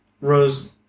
Rose